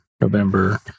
November